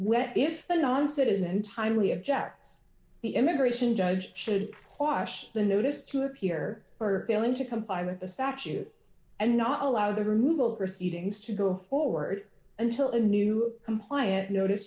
when if the non citizen time we objects the immigration judge should quassia the notice to appear or failing to comply with the statute and not allow the removal proceedings to go forward until a new compliant notice